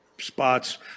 spots